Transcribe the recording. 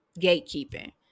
gatekeeping